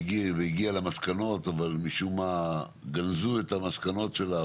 והגיעה למסקנות אבל משום מה גנזו את המסקנות שלה,